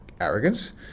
arrogance